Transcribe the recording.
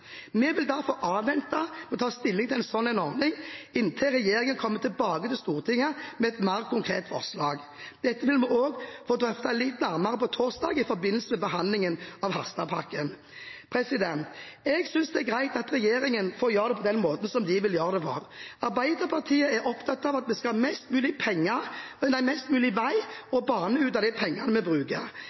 Vi vil derfor avvente å ta stilling til en slik ordning inntil regjeringen kommer tilbake til Stortinget med et mer konkret forslag. Dette vil vi også få drøftet litt nærmere på torsdag i forbindelse med behandlingen av Harstadpakken. Jeg synes det er greit at regjeringen får gjøre det på den måten de vil. Arbeiderpartiet er opptatt av at vi skal ha mest mulig vei og bane ut av de pengene vi bruker.